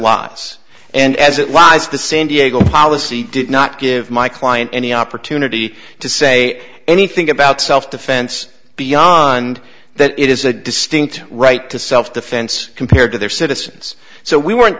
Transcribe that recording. lies and as it was the san diego policy did not give my client any opportunity to say anything about self defense beyond that it is a distinct right to self defense compared to their citizens so we weren't